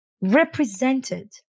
represented